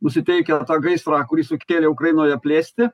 nusiteikę tą gaisrą kurį sukėlė ukrainoje plėsti